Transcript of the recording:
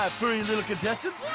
my furry little contestants.